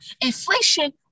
Inflation